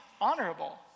honorable